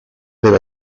deve